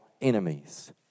enemies